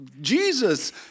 Jesus